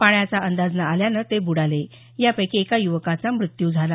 पाण्याचा अंदाज न आल्याने ते ब्र्डाले यापैकी एका युवकाचा मृत्यू झाला